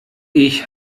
ich